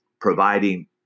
providing